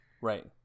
Right